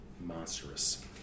Monstrous